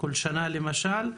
כל שנה למשל,